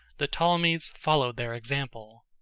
the ptolemies followed their example.